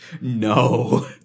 No